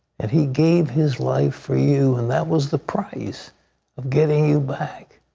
and he gave his life for you. and that was the price of getting you back.